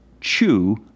chew